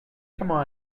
comment